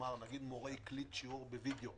נאמר שמורה הקליט שיעור בווידאו.